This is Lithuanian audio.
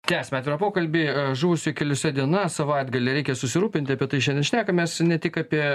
tęsiame atvirą pokalbį žuvusių keliuose diena savaitgalį reikia susirūpinti apie tai šiandien šnekamės ne tik apie